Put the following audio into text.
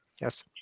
yes